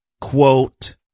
quote